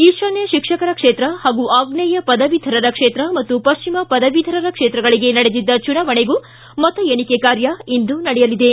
ಈತಾನ್ಯ ಶಿಕ್ಷಕರ ಕ್ಷೇತ್ರ ಹಾಗೂ ಆಗ್ನೇಯ ಪದವೀಧರರ ಕ್ಷೇತ್ರ ಮತ್ತು ಪಶ್ಚಿಮ ಪದವೀಧರರ ಕ್ಷೇತ್ರಗಳಿಗೆ ನಡೆದಿದ್ದ ಚುನಾವಣೆಗೂ ಮತ ಎಣಿಕೆ ಕಾರ್ಯ ಇಂದು ನಡೆಯಲಿದೆ